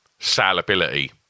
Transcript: salability